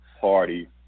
party